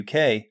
UK